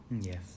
Yes